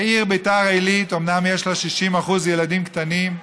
העיר בית"ר עילית, אומנם יש בה 60% ילדים קטנים,